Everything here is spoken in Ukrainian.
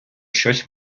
щось